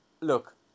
look